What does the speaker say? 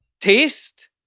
Taste